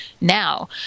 now